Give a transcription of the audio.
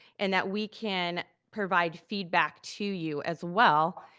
and that we can provide feedback to you as well,